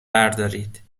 بردارید